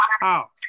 house